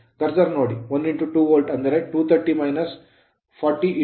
cursor ನೋಡಿ 1 2 volt ಅಂದರೆ 230 40 0